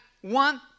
one